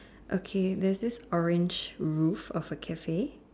okay there's this orange roof of a Cafe